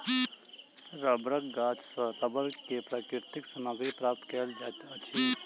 रबड़क गाछ सॅ रबड़ के प्राकृतिक सामग्री प्राप्त कयल जाइत अछि